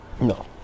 no